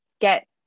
get